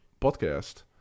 podcast